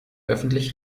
öffentlich